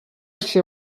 się